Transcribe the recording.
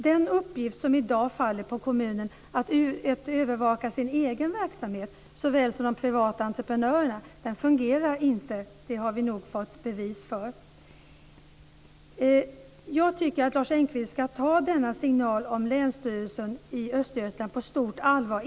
Den uppgift som i dag faller på kommunen att övervaka sin egen verksamhet såväl som de privata entreprenörernas fungerar inte - det har vi nog fått bevis för. Jag tycker att Lars Engqvist ska ta denna signal om Länsstyrelsen i Östergötland på stort allvar.